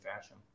fashion